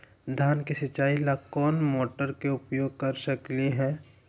धान के सिचाई ला कोंन मोटर के उपयोग कर सकली ह?